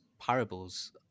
parables